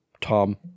Tom